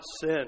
sin